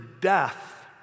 death